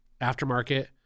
aftermarket